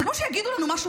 זה כמו שיגידו לנו משהו,